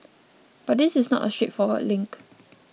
but this is not a straightforward link